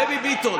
דבי ביטון.